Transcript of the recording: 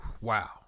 wow